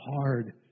hard